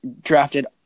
drafted